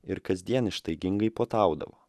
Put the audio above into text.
ir kasdien ištaigingai puotaudavo